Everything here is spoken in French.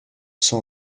sans